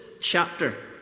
chapter